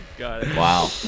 Wow